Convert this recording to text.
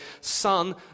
son